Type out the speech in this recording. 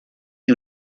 you